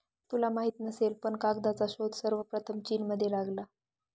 तुला माहित नसेल पण कागदाचा शोध सर्वप्रथम चीनमध्ये लागला